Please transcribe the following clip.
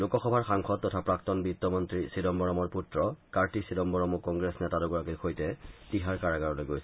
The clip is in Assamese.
লোকসভাৰ সাংসদ তথা প্ৰাক্তন বিত্তমন্ত্ৰী চিদাম্বৰৰ পুত্ৰ কাৰ্তি চিদাম্বৰমো কংগ্ৰেছ নেতা দুগৰাকীৰ সৈতে তিহাৰ কাৰাগাৰলৈ গৈছিল